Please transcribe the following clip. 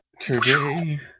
today